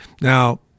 Now